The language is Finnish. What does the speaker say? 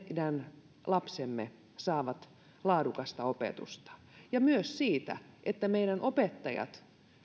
meidän lapsemme saavat laadukasta opetusta ja myös siitä että meidän opettajamme